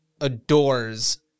adores